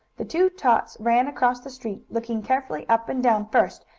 the two tots ran across the street, looking carefully up and down first,